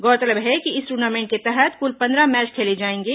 गौरतलब है कि इस टूर्नामेंट के तहत कुल पंद्रह मैच खेले जाएंगे